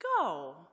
Go